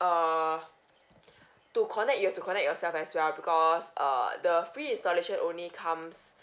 err to connect you have to connect yourself as well because err the free installation only comes